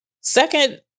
second